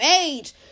age